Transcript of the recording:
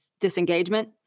disengagement